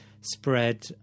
spread